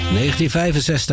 1965